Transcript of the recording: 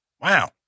wow